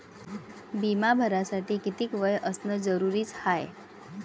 बिमा भरासाठी किती वय असनं जरुरीच हाय?